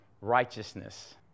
righteousness